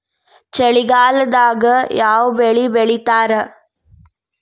ಚಳಿಗಾಲದಾಗ್ ಯಾವ್ ಬೆಳಿ ಬೆಳಿತಾರ?